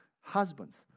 Husbands